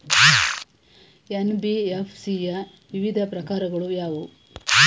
NBFC ಯ ವಿವಿಧ ಪ್ರಕಾರಗಳು ಯಾವುವು?